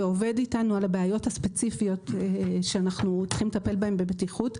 ועובד איתנו על הבעיות הספציפיות שאנחנו צריכים לטפל בהם בבטיחות.